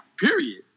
Period